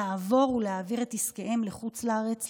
לעבור ולהעביר את עסקיהם לחוץ לארץ,